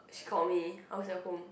she called me I was at home